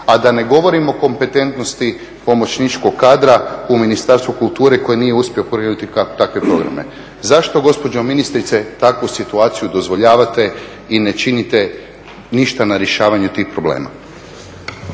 a da ne govorim o kompetentnosti pomoćničkog kadra u Ministarstvu kulture koji nije uspio ponuditi takve programe. Zašto, gospođo ministrice, takvu situaciju dozvoljavate i ne činite ništa na rješavanju tih problema?